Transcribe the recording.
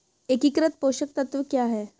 एकीकृत पोषक तत्व क्या है?